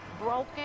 broken